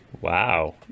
Wow